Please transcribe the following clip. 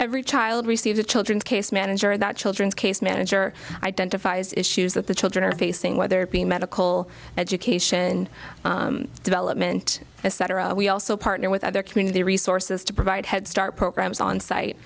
every child receives a children's case manager that children's case manager identifies issues that the children are facing whether it be medical education development etc we also partner with other community resources to provide head start programs on site